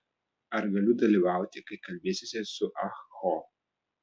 ar galiu dalyvauti kai kalbėsiesi su ah ho